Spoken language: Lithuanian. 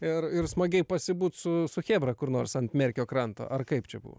ir ir smagiai pasibūt su su chebra kur nors ant merkio kranto ar kaip čia buvo